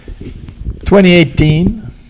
2018